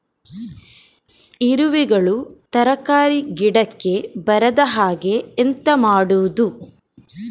ಇರುವೆಗಳು ತರಕಾರಿ ಗಿಡಕ್ಕೆ ಬರದ ಹಾಗೆ ಎಂತ ಮಾಡುದು?